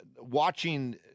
watching